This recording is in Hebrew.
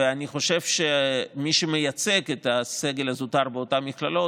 ואני חושב שמי שמייצג את הסגל הזוטר באותן מכללות,